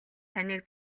таныг